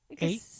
eight